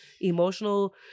emotional